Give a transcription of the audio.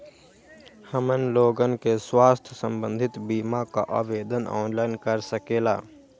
हमन लोगन के स्वास्थ्य संबंधित बिमा का आवेदन ऑनलाइन कर सकेला?